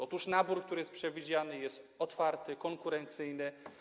Otóż nabór, który jest przewidziany, jest otwarty, konkurencyjny.